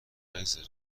نگذره